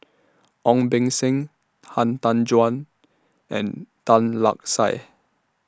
Ong Beng Seng Han Tan Juan and Tan Lark Sye